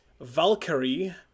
valkyrie